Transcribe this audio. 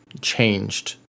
changed